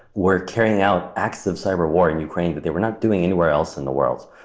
were carrying out acts of cyberwar in ukraine that they were not doing anywhere else in the world.